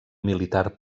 militar